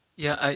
yeah.